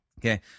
okay